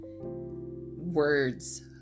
words